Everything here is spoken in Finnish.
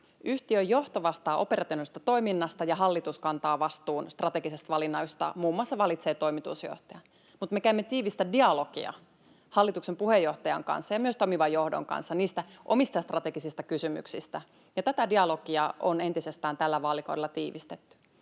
Yhtiön johto vastaa operationaalisesta toiminnasta ja hallitus kantaa vastuun strategisista valinnoista, muun muassa valitsee toimitusjohtajan, mutta me käymme tiivistä dialogia hallituksen puheenjohtajan ja myös toimivan johdon kanssa omistajastrategisista kysymyksistä, ja tätä dialogia on entisestään tällä vaalikaudella tiivistetty.